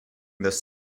this